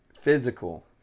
physical